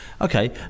Okay